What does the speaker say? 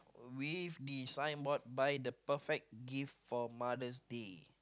with design board buy the perfect gift for Mothers' Day